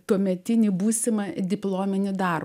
tuometinį būsimą diplominį darbą